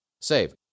Save